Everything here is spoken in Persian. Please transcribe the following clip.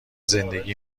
زندگی